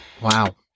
Wow